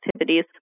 activities